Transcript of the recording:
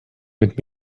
mit